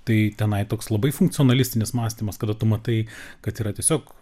tai tenai toks labai funkcionalistinis mąstymas kada tu matai kad yra tiesiog